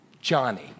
Johnny